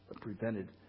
prevented